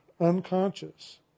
unconscious